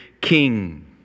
King